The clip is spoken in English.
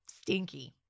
stinky